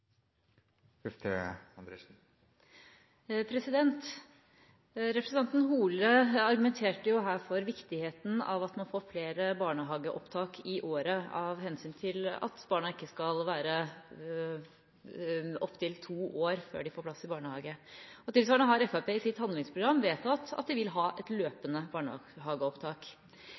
Representanten Horne argumenterte jo her for viktigheten av at man får flere barnehageopptak i året, av hensyn til at barna ikke skal være opptil to år før de får plass i barnehage. Tilsvarende har Fremskrittspartiet i sitt handlingsprogram vedtatt at de vil ha et løpende barnehageopptak.